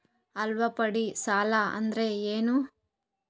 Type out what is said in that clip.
ಅಲ್ಪಾವಧಿ ಸಾಲ ಅಂದ್ರ ಏನು?